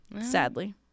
Sadly